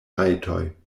rajtoj